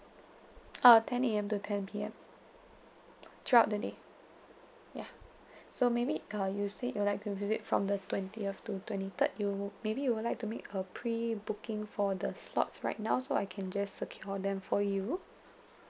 uh ten A_M to ten P_M throughout the day ya so maybe err you said you'll like to visit from the twentieth to twenty third you maybe you will like to make a pre booking for the slots right now so I can just secure them for you